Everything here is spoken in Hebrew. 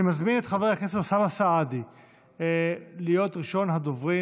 אני מזמין את חבר הכנסת אוסאמה סעדי להיות ראשון הדוברים.